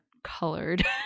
colored